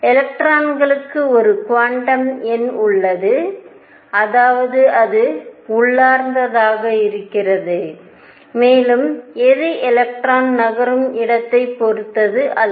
எலக்ட்ரானுக்கு ஒரு குவாண்டம் எண் உள்ளது அதாவது அது உள்ளார்ந்ததாக இருக்கிறது மேலும் அது எலக்ட்ரான் நகரும் இடத்தைப் பொறுத்தது அல்ல